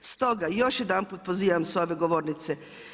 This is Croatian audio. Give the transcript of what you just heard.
Stoga još jedanput pozivam s ove govornice.